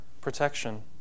protection